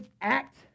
act